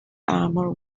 armor